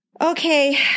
Okay